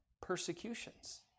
persecutions